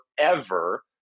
forever